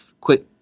quick